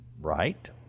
Right